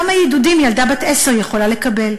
כמה עידודים ילדה בת עשר יכולה לקבל?